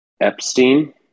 Epstein